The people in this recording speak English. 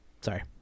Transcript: sorry